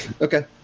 Okay